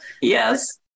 Yes